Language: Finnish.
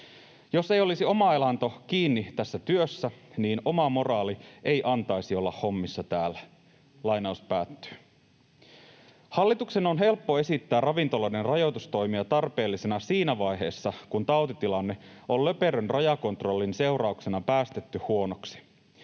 ”Jos ei olisi oma elanto kiinni tässä työssä, niin oma moraali ei antaisi olla hommissa täällä.” Hallituksen on helppo esittää ravintoloiden rajoitustoimia tarpeellisina siinä vaiheessa, kun tautitilanne on löperön rajakontrollin seurauksena päästetty huonoksi.